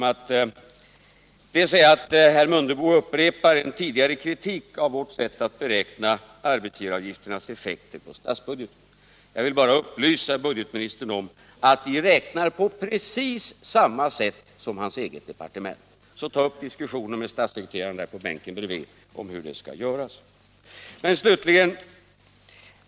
Herr Mundebo upprepar tidigare kritik av vårt sätt att beräkna arbetsgivaravgiftens effekter på statsbudgeten. Jag vill bara upplysa budgetministern om att vi räknar på precis samma sätt som hans eget departement. Så tag upp diskussionen med statssekreteraren på bänken bredvid om hur beräkningen skall göras!